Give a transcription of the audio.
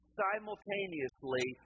simultaneously